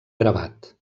gravat